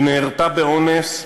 שנהרתה באונס,